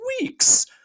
weeks